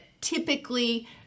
typically